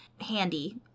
handy